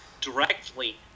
directly